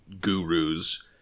gurus